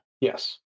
Yes